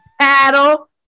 paddle